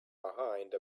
behind